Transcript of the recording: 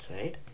right